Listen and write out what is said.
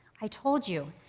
i told you,